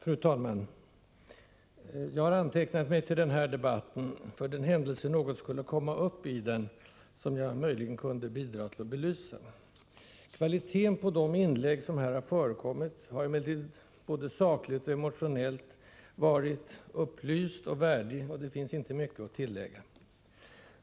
Fru talman! Jag hade antecknat mig till den här debatten för den händelse någon fråga skulle komma upp i den som jag möjligen skulle kunna bidra till att belysa. De inlägg som förekommit här har emellertid både sakligt och emotionellt varit upplysta och värdiga, och det finns inte mycket att tillägga.